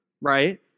right